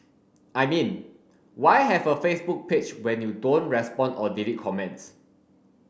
I mean why have a Facebook page when you don't respond or delete comments